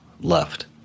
left